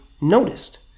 noticed